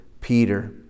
Peter